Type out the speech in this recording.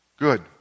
Good